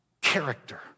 character